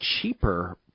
cheaper